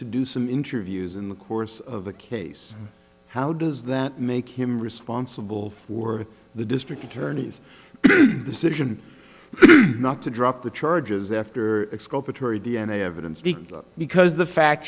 to do some interviews in the course of the case how does that make him responsible for the district attorney's decision not to drop the charges after exculpatory d n a evidence because the